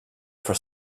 for